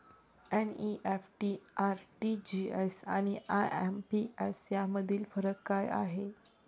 NEFT, RTGS आणि IMPS यामधील फरक काय आहे?